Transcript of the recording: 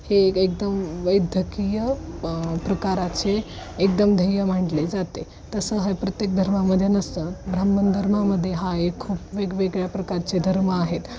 हे एक एकदम वैद्यकीय प्रकाराचे एकदम ध्येय मांडले जाते तसं हा प्रत्येक धर्मामध्ये नसतं ब्राह्मण धर्मामध्ये हा एक खूप वेगवेगळ्या प्रकारचे धर्म आहेत